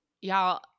Y'all